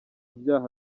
byaha